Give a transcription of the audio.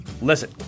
Listen